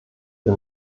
wir